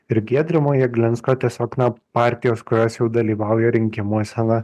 ir giedrimo jeglinsko tiesiog na partijos kurios jau dalyvauja rinkimuose na